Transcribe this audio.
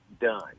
done